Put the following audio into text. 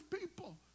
people